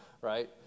Right